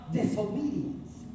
disobedience